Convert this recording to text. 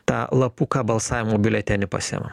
tą lapuką balsavimo biuletenį pasiima